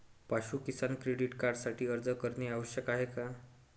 पाशु किसान क्रेडिट कार्डसाठी अर्ज करणे आवश्यक आहे